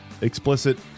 explicit